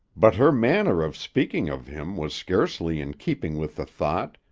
but her manner of speaking of him was scarcely in keeping with the thought,